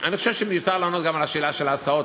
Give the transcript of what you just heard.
אני חושב שמיותר לענות גם על השאלה של ההסעות.